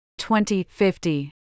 2050